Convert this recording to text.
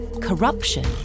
corruption